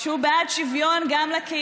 לעצמו הומופוב גא והצעיד בהמות כנגד מצעד הגאווה,